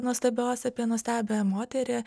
nuostabios apie nuostabią moterį